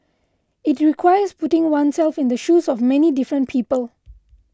it requires putting oneself in the shoes of many different people